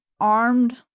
armed